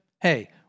hey